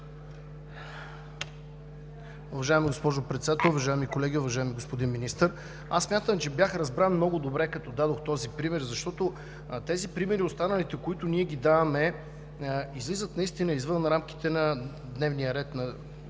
Уважаема госпожо Председател, уважаеми колеги, уважаеми господин Министър! Аз смятам, че бях разбран много добре, като дадох този пример. Останалите примери, които даваме, излизат наистина извън рамките на дневния ред на